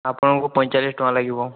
ଆପଣଙ୍କୁ ପଇଁଚାଲିଶ ଟଙ୍କା ଲାଗିବ